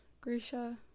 grisha